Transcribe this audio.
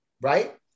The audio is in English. Right